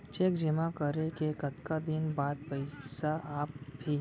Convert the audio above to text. Cheque जेमा करें के कतका दिन बाद पइसा आप ही?